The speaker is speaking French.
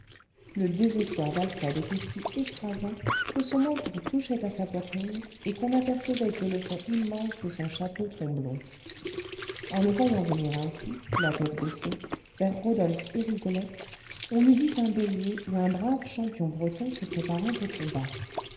le désespoir d'alfred était si écrasant que son menton touchait à sa poitrine et qu'on n'apercevait que le fond immense de son chapeau tromblon en le voyant venir ainsi la tête baissée vers rodolphe et rigolette on eût dit un bélier ou un brave champion breton se préparant au combat